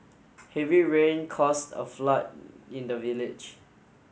heavy rain caused a flood in the village